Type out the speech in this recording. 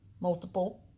multiple